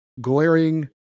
glaring